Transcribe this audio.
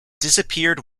disappeared